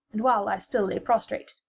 and while i still lay prostrate,